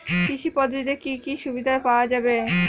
কৃষি পদ্ধতিতে কি কি সুবিধা পাওয়া যাবে?